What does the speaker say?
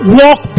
walk